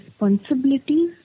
responsibility